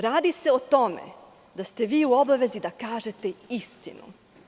Radi se o tome da ste vi u obavezi da kažete istinu.